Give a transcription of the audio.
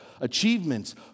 achievements